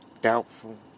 doubtful